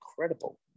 incredible